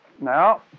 Now